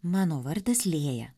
mano vardas lėja